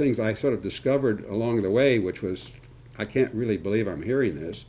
things i sort of discovered along the way which was i can't really believe i'm hearing this